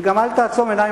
וגם אל תעצום עיניים,